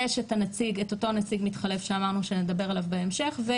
יש את אותו נציג מתחלף שאמרנו שנדבר עליו בהמשך.